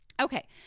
Okay